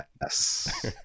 Yes